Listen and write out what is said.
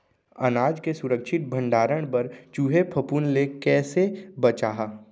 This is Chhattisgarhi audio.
अनाज के सुरक्षित भण्डारण बर चूहे, फफूंद ले कैसे बचाहा?